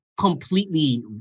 completely